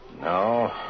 No